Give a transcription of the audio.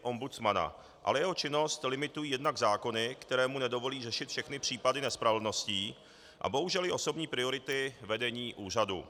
Ale jeho činnost limitují jednak zákony, které mu nedovolí řešit všechny případy nespravedlností, a bohužel i osobní priority vedení úřadu.